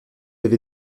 avez